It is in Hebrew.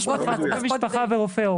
רופא משפחה ורופא עור,